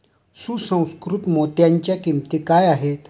सुसंस्कृत मोत्यांच्या किंमती काय आहेत